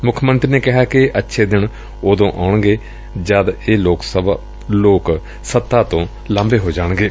ਮੁੱਖ ਮੰਤਰੀ ਨੇ ਕਿਹਾ ਕਿ ਅੱਛੇ ਦਿਨ ਉਦੋ ਆਉਣਗੇ ਜਦ ਇਹ ਲੋਕ ਸੱਤਾ ਤੋਂ ਲਾਂਭੇ ਹੋਣਗੇ